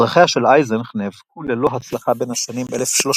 אזרחיה של אייזנך נאבקו ללא הצלחה בין השנים 1306–1308